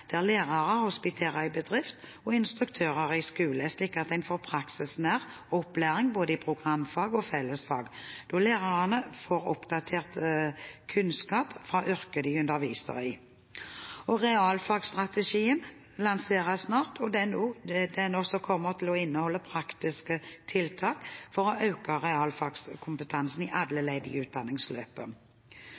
der lærere hospiterer i bedrift og instruktører i skole. Slik får vi en praksisnær opplæring både i programfag og i fellesfag, da lærerne får oppdatert kunnskap fra yrket de underviser i. Realfagstrategien lanseres snart. Også den kommer til å inneholde praktiske tiltak for å øke realfagskompetansen i alle ledd i utdanningsløpet.